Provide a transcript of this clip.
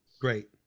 Great